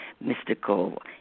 mystical